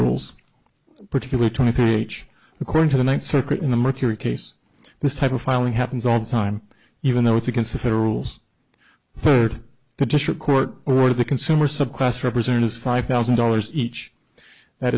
rules particularly twenty three age according to the ninth circuit in the mercury case this type of filing happens all the time even though it's against the federals for the district court or the consumer subclass representatives five thousand dollars each that